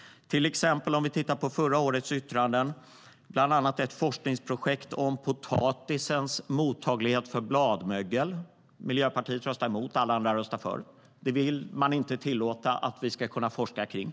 Bland förra årets yttranden finns till exempel ett projekt om potatisens mottaglighet för bladmögel. Miljöpartiet röstade emot medan alla andra röstade för; det ville man inte tillåta att vi ska kunna forska kring.